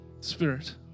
spirit